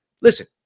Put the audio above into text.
Listen